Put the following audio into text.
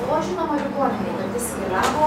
buvo žinoma ligoninei kad jis keliavo